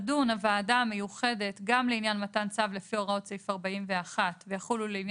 שניסינו לסגור את העניין הזה שהוא יקבל את המידע זה בעצם עם